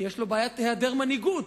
כי יש לו בעיית העדר מנהיגות.